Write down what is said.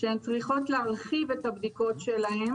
שהן צריכות להרחיב את הבדיקות שלהן